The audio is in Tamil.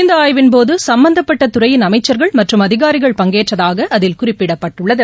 இந்த ஆய்வின் போது சம்மந்தப்பட்ட துறையின் அமைச்சர்கள் மற்றும் அதிகாரிகள் பங்கேற்றதாக அதில் குறிப்பிடப்பட்டுள்ளது